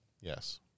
Yes